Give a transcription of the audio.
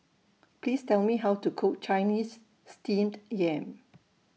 Please Tell Me How to Cook Chinese Steamed Yam